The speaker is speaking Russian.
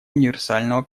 универсального